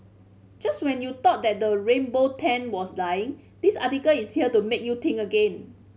just when you thought that the rainbow trend was dying this article is here to make you think again